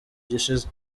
gishize